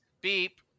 beep